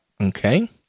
Okay